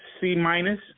C-minus